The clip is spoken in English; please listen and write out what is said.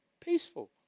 peaceful